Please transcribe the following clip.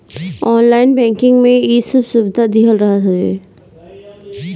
online banking में इ सब सुविधा देहल रहत हवे